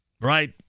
right